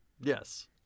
Yes